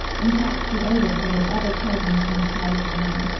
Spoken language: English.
and catch the odor that is ever present in the cow's domain.